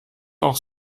auch